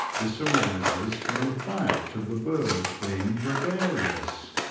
this arises from the fact of the birds being gre garious.